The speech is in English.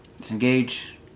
Disengage